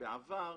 שבעבר